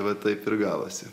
va taip ir gavosi